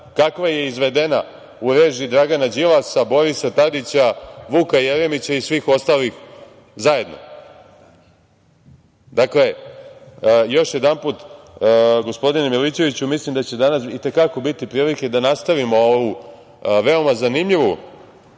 kakva je izvedena u režiji Dragana Đilasa, Borisa Tadića, Vuka Jeremića i svih ostalih zajedno. Dakle, još jedanput, gospodine Milićeviću, mislim da će danas i te kako biti prilike da nastavimo ovu veoma zanimljivu